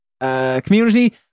community